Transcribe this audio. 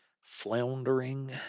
Floundering